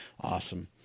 Awesome